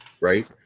right